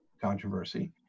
controversy